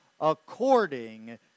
according